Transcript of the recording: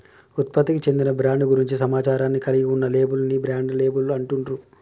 ఉత్పత్తికి చెందిన బ్రాండ్ గురించి సమాచారాన్ని కలిగి ఉన్న లేబుల్ ని బ్రాండ్ లేబుల్ అంటుండ్రు